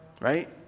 right